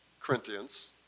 Corinthians